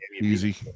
easy